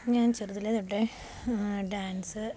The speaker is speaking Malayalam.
ഞാൻ ചെറുതിലേ തൊട്ടെ ഡാൻസ്